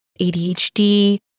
ADHD